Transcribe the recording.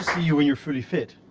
you when you're fully fit.